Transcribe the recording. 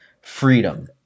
freedom